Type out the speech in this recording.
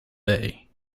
bay